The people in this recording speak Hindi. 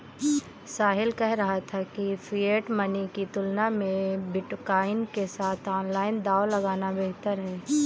साहिल कह रहा था कि फिएट मनी की तुलना में बिटकॉइन के साथ ऑनलाइन दांव लगाना बेहतर हैं